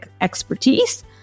expertise